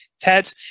TED